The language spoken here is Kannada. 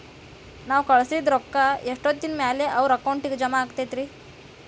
ನಾವು ಕಳಿಸಿದ್ ರೊಕ್ಕ ಎಷ್ಟೋತ್ತಿನ ಮ್ಯಾಲೆ ಅವರ ಅಕೌಂಟಗ್ ಜಮಾ ಆಕ್ಕೈತ್ರಿ?